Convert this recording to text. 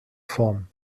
form